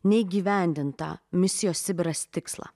neįgyvendintą misijos sibiras tikslą